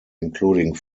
including